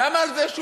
למה על זה,